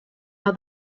how